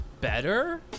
better